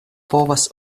povas